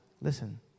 listen